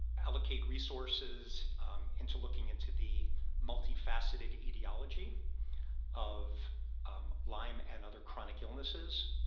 allocate resources into looking into the multifaceted etiology of um lyme and other chronic illnesses